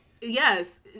yes